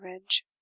ridge